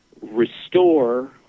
restore